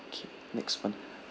okay next one